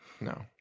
No